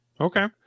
Okay